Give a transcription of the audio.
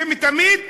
שתמיד כאן,